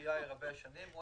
את יאיר פינס שנים רבות,